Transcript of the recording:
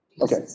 Okay